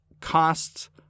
costs